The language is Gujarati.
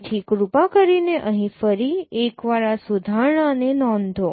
તેથી કૃપા કરીને અહીં ફરી એકવાર આ સુધારણાને નોંધો